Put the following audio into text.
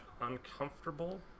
uncomfortable